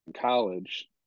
college